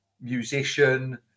musician